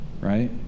right